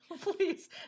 Please